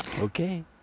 Okay